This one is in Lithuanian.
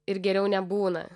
ir geriau nebūna